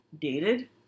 dated